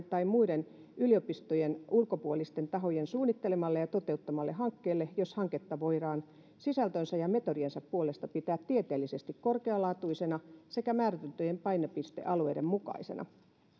tai muiden yliopistojen ulkopuolisten tahojen suunnittelemalle ja toteuttamalle hankkeelle jos hanketta voidaan sisältönsä ja metodiensa puolesta pitää tieteellisesti korkealaatuisena sekä määriteltyjen painopistealueiden mukaisena